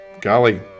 golly